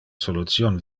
solution